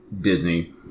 Disney